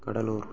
Cuddalore